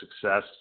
success